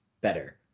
better